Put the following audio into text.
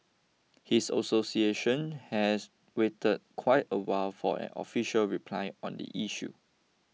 his association has waited quite a while for an official reply on the issue